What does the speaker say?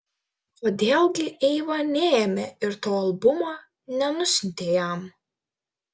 kodėl gi eiva neėmė ir to albumo nenusiuntė jam